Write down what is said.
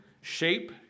shape